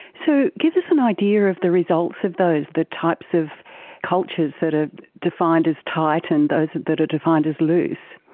so give us an idea of the results of those, the types of cultures that are ah defined as tight and those that are defined as loose.